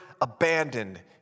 abandoned